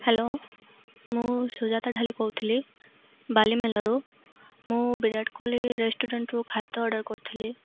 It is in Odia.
ହ୍ୟାଲୋ ମୁଁ ସୁଜାତା ଢ଼ାଲି କହୁଥିଲି ବାଲି ମେଲାରୁ ମୁଁ ବିରାଟ କୋହଲି ରେଷ୍ଟୁରାଣ୍ଟରୁ ଖାଦ୍ୟ ଅର୍ଡ଼ର୍ କରିଥିଲି